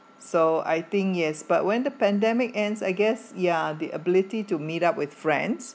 so I think yes but when the pandemic ends I guess ya the ability to meet up with friends